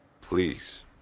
Please